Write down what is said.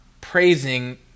Praising